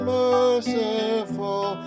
merciful